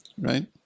right